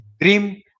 dream